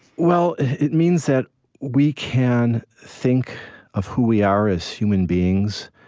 well, it means that we can think of who we are as human beings.